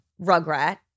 Rugrat